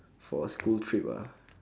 for school trip ah